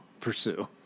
pursue